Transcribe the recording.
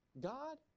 God